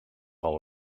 all